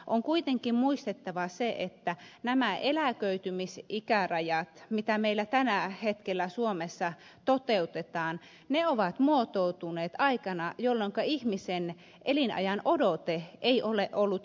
on kuitenkin muistettava se että nämä eläköitymisikärajat mitä meillä tällä hetkellä suomessa toteutetaan ovat muotoutuneet aikana jolloinka ihmisen elinajanodote ei ole ollut nykyisen kaltainen